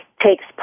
takes